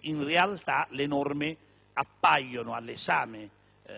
In realtà, a seguito dell'esame che